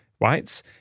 right